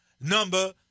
Number